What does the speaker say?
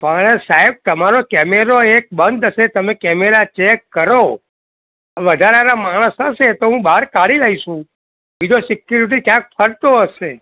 પણ સાહેબ તમારો કેમેરા એક બંધ હશે તમે કેમેરા ચેક કરો વધારાના માણસ આવશે તો હું બહાર કાઢી લઈશ હું બીજો સિક્યુરિટી ક્યાંક ફરતો હશે